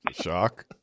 Shock